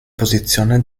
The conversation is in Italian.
posizione